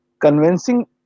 convincing